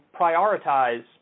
prioritize